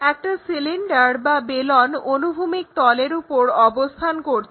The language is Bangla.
একটা সিলিন্ডার বা বেলন অনুভূমিক তলের উপর অবস্থান করছে